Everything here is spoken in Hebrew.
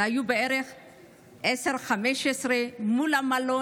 היו 15-10 שהפגינו מול המלון,